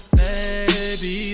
baby